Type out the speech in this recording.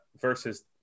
versus